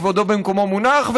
כבודו במקומו מונח,